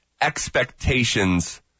expectations